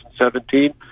2017